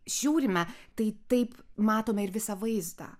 žiūrime tai taip matome ir visą vaizdą